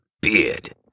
beard